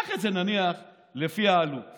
קח את זה, נניח, לפי העלות.